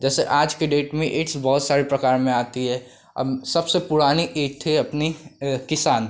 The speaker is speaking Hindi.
जैसे आज की डेट में ईंट्स बहुत सारे प्रकार में आती है अब सबसे पुरानी ईंट थी अपनी किसान